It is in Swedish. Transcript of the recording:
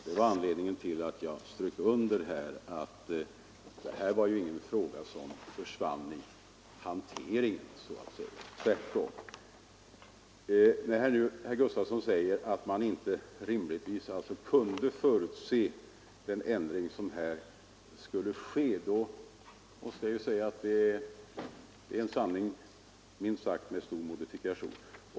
Det var anledningen till att jag strök under att det här inte var någon fråga som så att säga försvann i hanteringen. Tvärtom! När nu herr Gustavsson säger att man inte rimligtvis kunde förutse den ändring som här skulle ske är det en sanning med — minst sagt — stor modifikation.